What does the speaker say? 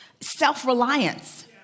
self-reliance